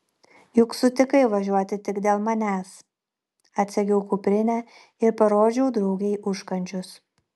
juk sutikai važiuoti tik dėl manęs atsegiau kuprinę ir parodžiau draugei užkandžius